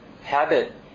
habit